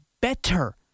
better